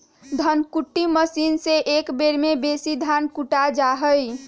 धन कुट्टी मशीन से एक बेर में बेशी धान कुटा जा हइ